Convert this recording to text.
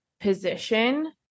position